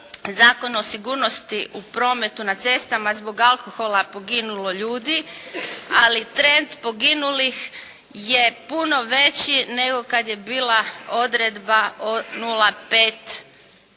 Zakon o sigurnosti u prometu na cestama zbog alkohola poginulo ljudi ali trend poginulih je puno veći nego kad je bila odredba o